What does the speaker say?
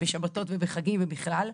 בשבתות ובחגים ובכלל.